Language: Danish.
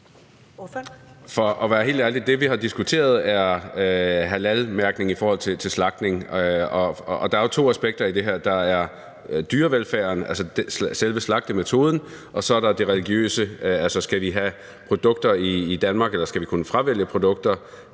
For at være helt ærlig er det, vi har diskuteret, halalmærkning i forhold til slagtning, og der er jo to aspekter i det her. Der er dyrevelfærden, altså selve slagtemetoden, og så er der det religiøse, altså om vi skal have produkter i Danmark, eller om vi skal kunne fravælge produkter,